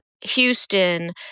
Houston